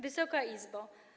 Wysoka Izbo!